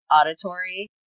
auditory